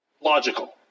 logical